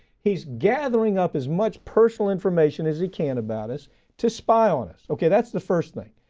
he's gathering up as much personal information as he can about us to spy on us. okay, that's the first thing.